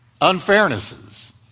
unfairnesses